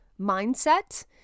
mindset